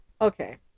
okay